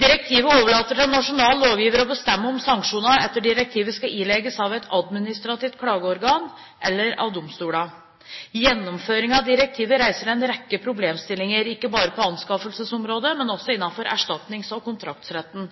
Direktivet overlater til nasjonal lovgiver å bestemme om sanksjonene etter direktivet skal ilegges av et administrativt klageorgan eller av domstolene. Gjennomføring av direktivet reiser en rekke problemstillinger, ikke bare på anskaffelsesområdet, men også innenfor erstatnings- og kontraktsretten.